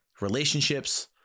Relationships